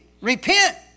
Repent